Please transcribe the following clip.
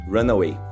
Runaway